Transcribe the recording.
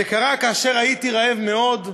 זה קרה כאשר הייתי רעב מאוד,